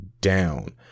down